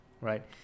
Right